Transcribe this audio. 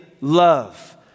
love